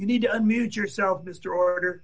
you need to amuse yourself mr order